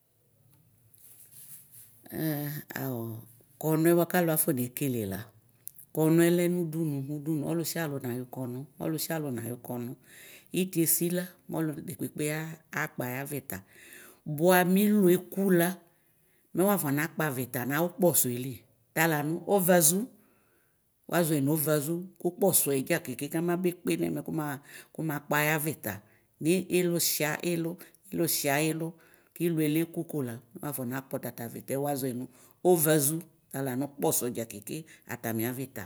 aɔ kɔnʋɛ bʋakʋ alʋ afɔne kele la kɔnʋɛ lɛnʋ ʋdʋnʋ ʋdʋnʋ ɔlʋ sialʋ nayʋ kɔnʋ ɔlʋsialʋ nayʋ kɔnʋ ɛtiesi la mɔlʋ dekpekpe la akpɔ ayi avita bʋa mʋilʋ ekʋ la mɛ wafɔ nahpaviƒa nawʋ kpɔsɔeli talanʋ ɔvazʋ wazɔɛ nʋ ɔvazo kʋ kpɔsɔɛ dza keke kamabe kpe nɛ mɛ kumakpɔ ayavita nilʋsia ilʋ ilʋ sia ilʋ kilʋɛ lekʋ kala mɛ wafɔ nakpɔ tatʋ avita wazɔɛ mʋ ovazʋ talanʋ kpɔsɔ dza keke atami avita